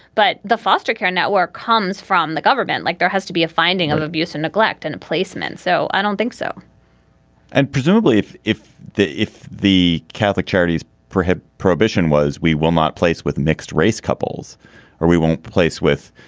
but the foster care network comes from the government. like there has to be a finding of abuse or neglect and a placement. so i don't think so and presumably, if if the if the catholic charities, perhaps prohibition was we will not place with mixed race couples or we won't place with,